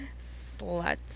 Slut